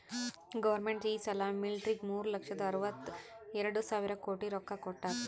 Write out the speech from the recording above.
government ಈ ಸಲಾ ಮಿಲ್ಟ್ರಿಗ್ ಮೂರು ಲಕ್ಷದ ಅರ್ವತ ಎರಡು ಸಾವಿರ ಕೋಟಿ ರೊಕ್ಕಾ ಕೊಟ್ಟಾದ್